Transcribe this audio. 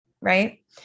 right